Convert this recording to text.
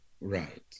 Right